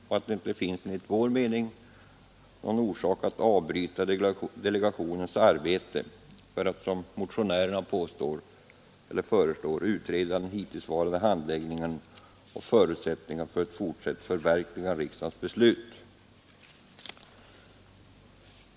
Enligt vår mening finns det ingen anledning att avbryta delegationens arbete för att, som motionärerna föreslår, utreda den hittillsvarande handläggningen och förutsättningarna för ett fortsatt förverkligande av riksdagens beslut.